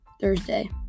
Thursday